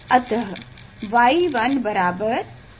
अतः Y112 ft2 होगा